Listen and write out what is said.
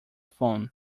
phone